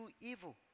evil